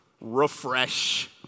Refresh